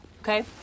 Okay